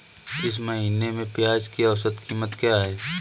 इस महीने में प्याज की औसत कीमत क्या है?